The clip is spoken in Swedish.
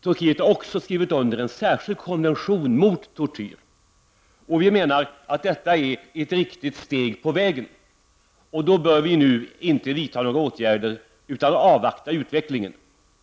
Turkiet har också skrivit under en särskild konvention mot tortyr. Vi menar att detta är ett riktigt steg på vägen. Då bör vi nu inte vidta några åtgärder utan avvakta utvecklingen.